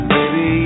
Baby